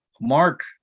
Mark